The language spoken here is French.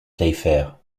playfair